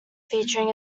featuring